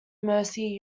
mercy